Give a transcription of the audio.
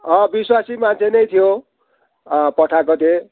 अँ विश्वासी मान्छै नै थियो पठाएको थिएँ